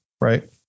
right